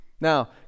Now